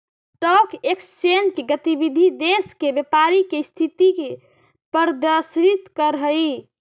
stock exchange के गतिविधि देश के व्यापारी के स्थिति के प्रदर्शित करऽ हइ